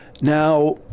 Now